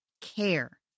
care